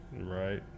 Right